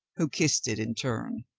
who kissed it in turn.